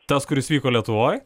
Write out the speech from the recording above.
tas kuris vyko lietuvoj